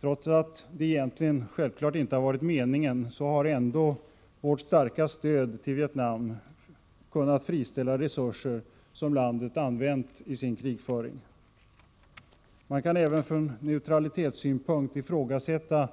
Trots att det självfallet inte varit meningen, har ändå vårt starka stöd till Vietnam kunnat friställa resurser som landet använt till sin krigföring. Man kan även från neutralitetssynpunkt ifrågasätta